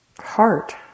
heart